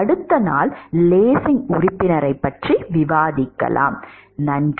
அடுத்த நாள் லேசிங் உறுப்பினரைப் பற்றி விவாதிப்போம் நன்றி